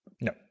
No